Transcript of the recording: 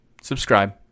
subscribe